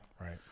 Right